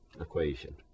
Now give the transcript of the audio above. equation